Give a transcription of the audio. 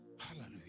Hallelujah